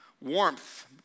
warmth